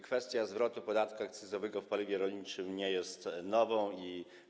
Kwestia zwrotu podatku akcyzowego w paliwie rolniczym nie jest nowa.